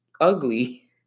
ugly